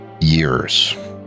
years